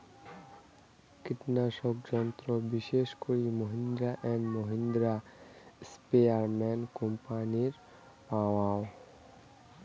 কীটনাশক যন্ত্র বিশেষ করি মাহিন্দ্রা অ্যান্ড মাহিন্দ্রা, স্প্রেয়ারম্যান কোম্পানির পাওয়াং